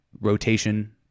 rotation